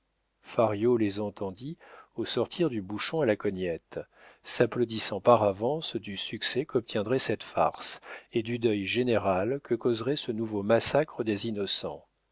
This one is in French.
les entendit au sortir du bouchon à la cognette s'applaudissant par avance du succès qu'obtiendrait cette farce et du deuil général que causerait ce nouveau massacre des innocents